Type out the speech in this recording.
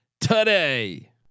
today